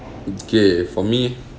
okay for me